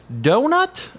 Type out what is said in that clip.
Donut